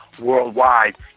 worldwide